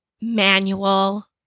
Manual